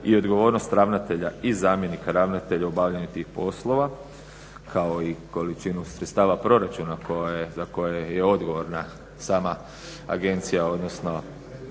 i odgovornost ravnatelja i zamjenika ravnatelja u obavljanju tih poslova kao i količinu sredstava proračuna za koje je odgovorna sama agencija, odnosno